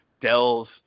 Dell's